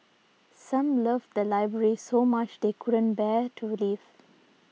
some love the library so much they couldn't bear to leave